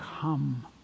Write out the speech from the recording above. come